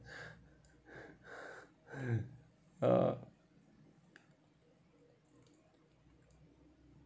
uh